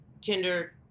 Tinder